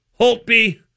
Holtby